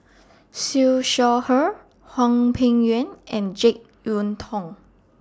Siew Shaw Her Hwang Peng Yuan and Jek Yeun Thong